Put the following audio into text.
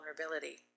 vulnerability